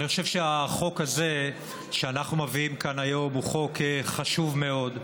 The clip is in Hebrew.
אני חושב שהחוק הזה שאנחנו מביאים כאן היום הוא חוק חשוב מאוד,